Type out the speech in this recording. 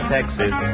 Texas